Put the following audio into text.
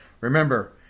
Remember